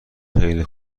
خیلی